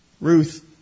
Ruth